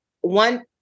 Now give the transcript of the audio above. One